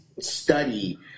study